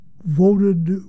voted